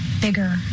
bigger